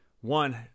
one